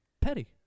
Petty